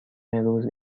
روز